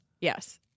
Yes